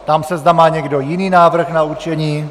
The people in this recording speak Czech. Ptám se, zda má někdo jiný návrh na určení.